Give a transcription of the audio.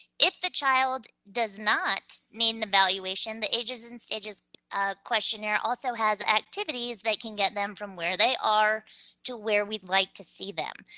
if the child does not need an evaluation, the ages and stages ah questionnaire also has activities that can get them from where they are to where we'd like to see them.